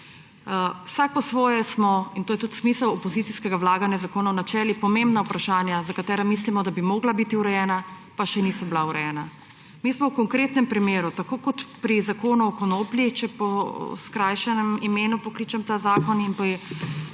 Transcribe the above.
Vsak po svoje smo, in to je tudi smisel opozicijskega vlaganja zakonov, načeli pomembna vprašanja, za katere mislimo, da bi morala biti urejana, pa še niso bila urejena. Mi smo v konkretnem primeru, tako kot pri Zakonu o konoplji, če po skrajšanem imenu pokličem ta zakon, in zakonu